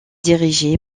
dirigé